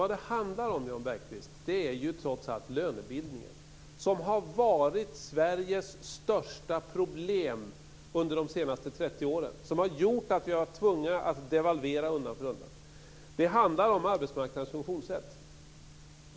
Vad det handlar om, Jan Bergqvist, är trots allt lönebildningen som har varit Sveriges största problem under de senaste 30 åren och som har gjort att vi har varit tvungna att devalvera undan för undan. Det handlar om arbetsmarknadens funktionssätt.